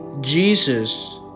Jesus